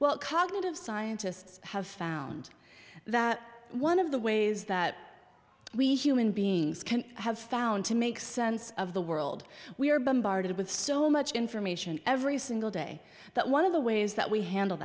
well cognitive scientists have found that one of the ways that we human beings can have found to make sense of the world we are bombarded with so much information every single day that one of the ways that we handle